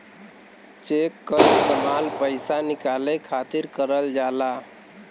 check क इस्तेमाल पइसा निकाले खातिर करल जाला